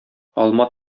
алма